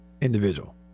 individual